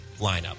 lineup